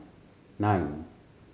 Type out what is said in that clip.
nine